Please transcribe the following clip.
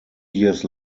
years